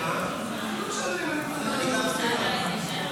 לוועדה שתקבע ועדת הכנסת נתקבלה.